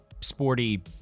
sporty